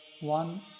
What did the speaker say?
one